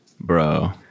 Bro